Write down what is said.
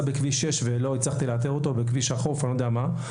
בכביש 6 או בכביש החוף או בכביש אחר ולא הצלחתי לאתר אותו,